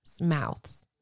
mouths